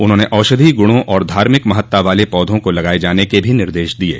उन्होंने औषधीय गुणों और धार्मिक महत्ता वाले पौधों को लगाये जाने के भी निर्देश दिये